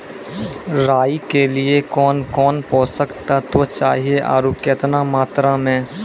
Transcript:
राई के लिए कौन कौन पोसक तत्व चाहिए आरु केतना मात्रा मे?